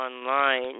online